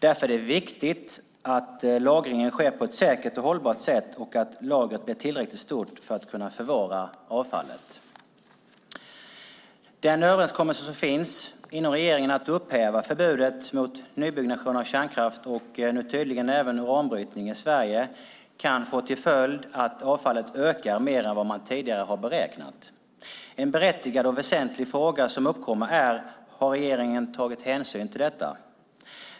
Därför är det viktigt att lagringen sker på ett säkert och hållbart sätt och att lagret blir tillräckligt stort för att kunna förvara avfallet. Den överenskommelse som finns inom regeringen om att upphäva förbudet mot nybyggnation av kärnkraft i Sverige, och nu tydligen även uranbrytning, kan få till följd att avfallet ökar mer än vad man tidigare har beräknat. En berättigad och väsentlig fråga som uppkommer här är: Har regeringen tagit hänsyn till detta?